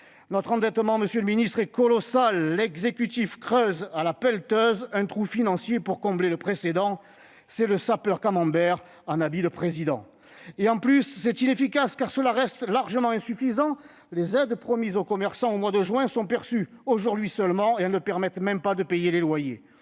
Notre endettement est colossal, monsieur le ministre. L'exécutif creuse à la pelleteuse un trou financier pour combler le précédent : c'est le sapeur Camember en habit de président ! C'est de plus inefficace, car cela reste largement insuffisant : les aides promises aux commerçants au mois de juin sont perçues aujourd'hui seulement ; elles ne permettent même pas de payer les loyers.